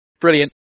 brilliant